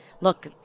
Look